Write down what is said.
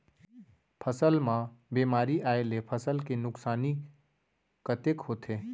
फसल म बेमारी आए ले फसल के नुकसानी कतेक होथे?